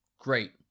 great